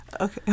Okay